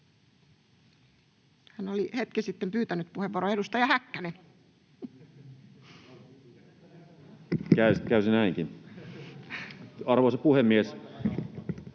Hän oli hetki sitten pyytänyt puheenvuoroa. — Edustaja Häkkänen. [Antti Häkkänen: Käy se näinkin!] Arvoisa puhemies!